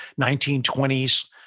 1920s